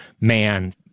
man